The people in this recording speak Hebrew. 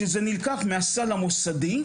שזה נלקח מהסל המוסדי,